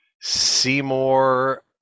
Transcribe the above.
Seymour